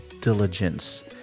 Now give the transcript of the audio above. diligence